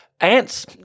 ants